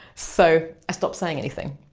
so, i stopped saying anything.